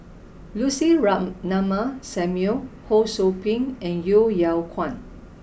Lucy Ratnammah Samuel Ho Sou Ping and Yeo Yeow Kwang